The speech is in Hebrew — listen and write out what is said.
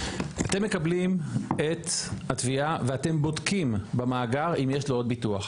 אתם מקבלים את התביעה ואתם בודקים במאגר אם יש לו עוד ביטוח,